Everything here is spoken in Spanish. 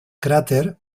cráter